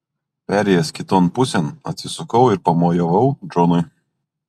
perėjęs kiton pusėn atsisukau ir pamojavau džonui